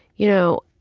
you know,